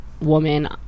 woman